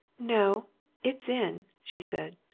no it's in, she said.